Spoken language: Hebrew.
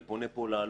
אני פונה פה לאלוף,